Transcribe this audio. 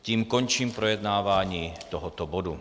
Tím končím projednávání tohoto bodu.